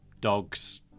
dogs